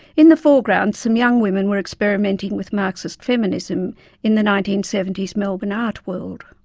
in the foreground some young women were experimenting with marxist feminism in the nineteen seventy s melbourne art world.